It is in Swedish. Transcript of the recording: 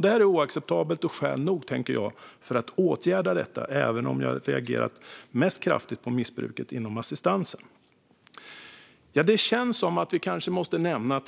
Det är oacceptabelt och, tänker jag, skäl nog att åtgärda detta, även om jag reagerat kraftigast på missbruket inom assistansen. Det känns som att vi kanske måste nämna